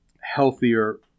healthier